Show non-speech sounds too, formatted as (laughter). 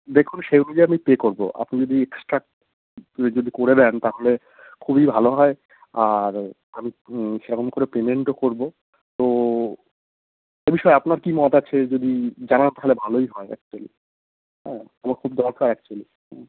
দেখুন সেই অনুযায়ী আমি পে করবো আপনি যদি এক্সট্রা (unintelligible) যদি করে দেন তাহলে খুবই ভালো হয় আর আমি সেরকম করে পেমেন্টও করবো তো এই বিষয়ে আপনার কী মত আছে যদি জানান তাহালে ভালোই হয় অ্যাকচুয়ালি হ্যাঁ আমার খুব দরকার অ্যাকচুয়ালি হুম